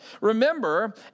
Remember